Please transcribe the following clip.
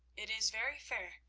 it is very fair,